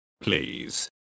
please